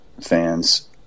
Fans